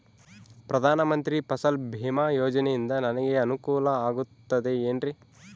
ಪ್ರಧಾನ ಮಂತ್ರಿ ಫಸಲ್ ಭೇಮಾ ಯೋಜನೆಯಿಂದ ನನಗೆ ಅನುಕೂಲ ಆಗುತ್ತದೆ ಎನ್ರಿ?